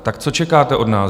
Tak co čekáte od nás?